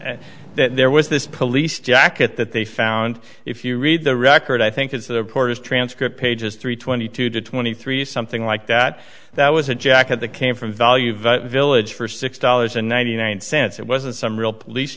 that there was this police jacket that they found if you read the record i think it's a reporter's transcript pages three twenty two twenty three something like that that was a jacket that came from value village for six dollars and ninety nine cents it wasn't some real police